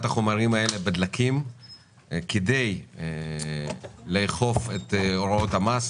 החומרים האלה בדלקים כדי לעקוף את הוראות המס